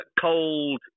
cold